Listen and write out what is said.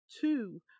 two